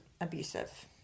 abusive